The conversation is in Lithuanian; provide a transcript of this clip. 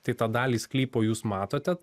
tai tą dalį sklypo jūs matote